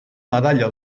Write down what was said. medalla